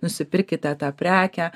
nusipirkite tą prekę